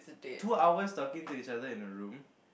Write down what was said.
two hours talking to each other in a room